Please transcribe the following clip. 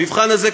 המבחן הזה,